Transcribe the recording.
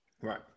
right